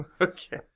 Okay